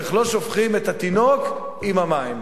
ואיך לא שופכים את התינוק עם המים.